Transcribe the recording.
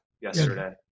yesterday